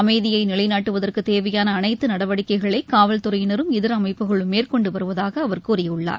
அமைதியை நிலைநாட்டுவதற்கு தேவையாள அனைத்து நடவடிக்கைகளை காவல்துறையினரும் இதர அமைப்புகளும் மேற்கொண்டு வருவதாக அவர் கூறியுள்ளார்